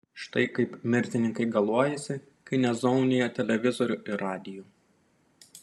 štai kaip mirtininkai galuojasi kai nezaunija televizorių ir radijų